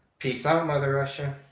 peace out mother russia!